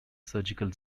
surgical